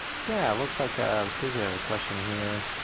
yeah looks like ah steve we have a question here.